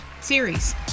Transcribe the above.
series